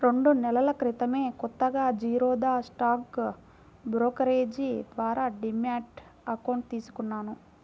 రెండు నెలల క్రితమే కొత్తగా జిరోదా స్టాక్ బ్రోకరేజీ ద్వారా డీమ్యాట్ అకౌంట్ తీసుకున్నాను